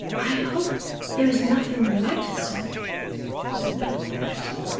i hope there is nothing the matter, sir said nell anxiously.